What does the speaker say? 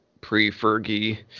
pre-Fergie